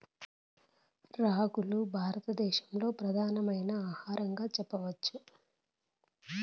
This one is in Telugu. రాగులు భారత దేశంలో ప్రధానమైన ఆహారంగా చెప్పచ్చు